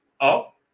up